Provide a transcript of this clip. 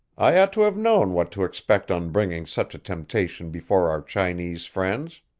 i ought to have known what to expect on bringing such a temptation before our chinese friends.